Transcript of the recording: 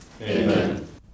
Amen